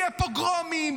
יהיו פוגרומים,